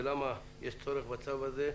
ולמה יש צורך בצו הזה.